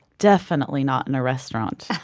definitely not in a restaurant